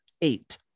eight